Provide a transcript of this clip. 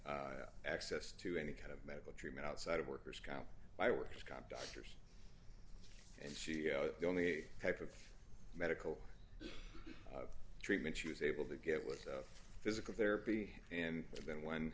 access to any kind of medical treatment outside of workers comp by which comp doctors and she the only type of medical treatment she was able to get was physical therapy and then when